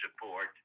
support